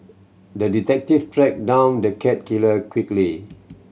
the detective tracked down the cat killer quickly